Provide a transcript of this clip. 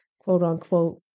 quote-unquote